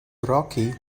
rocky